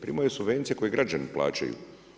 Primaju subvencije koje građani plaćaju.